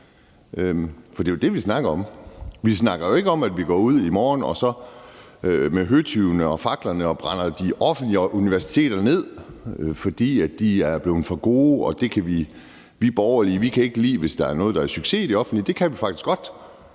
For det er jo det, vi snakker om. Vi snakker ikke om, at vi går ud i morgen med høtyve og fakler og brænder de offentlige universiteter ned, fordi de er blevet for gode, og fordi vi borgerlige ikke kan lide det, hvis der er noget, der er en succes i det offentlige – det kan vi faktisk godt.